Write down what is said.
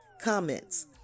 comments